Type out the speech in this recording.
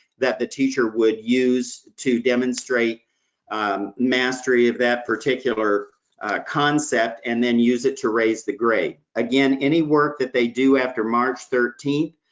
that the teacher would use to demonstrate mastery of that particular concept, and then use it to raise the grade. again, any work that they do after march thirteenth,